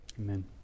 Amen